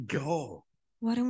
go